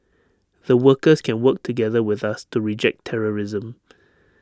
the workers can work together with us to reject terrorism